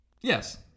yes